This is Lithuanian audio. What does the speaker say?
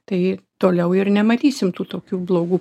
tai toliau ir nematysim tų tokių blogų